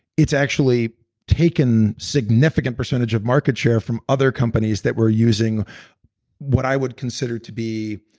it's actually taken significant percentage of market share from other companies that were using what i would consider to be.